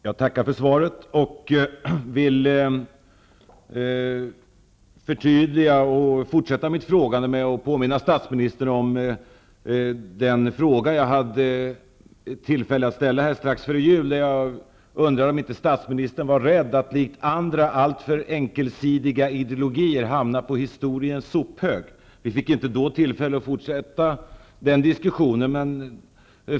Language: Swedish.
Herr talman! Jag tackar för svaret. Jag vill förtydliga och fortsätta mitt frågande med att påminna statsministern om den fråga jag hade tillfälle att ställa strax före jul. Där undrade jag om statsministern inte var rädd att, likt andra företrädare för alltför enkelsidiga ideologier, hamna på historiens sophög. Vi fick inte tillfälle att fortsätta den diskussionen då.